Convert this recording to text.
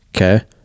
okay